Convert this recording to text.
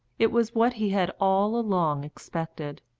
it was what he had all along expected,